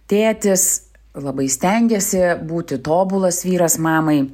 tėtis labai stengėsi būti tobulas vyras mamai